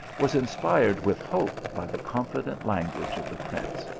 was inspired with hope by the confident language of the prince.